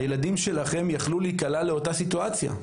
הילדים שלכם יכלו להיקלע לאותה סיטואציה,